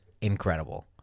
incredible